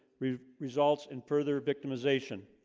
we've results in further victimization